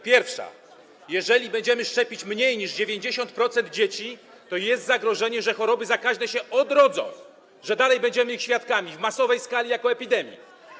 Pierwsza - jeżeli będziemy szczepić mniej niż 90% dzieci, to jest zagrożenie, że choroby zakaźne się odrodzą, że dalej będziemy ich świadkami, chorób na masową skalę, epidemii.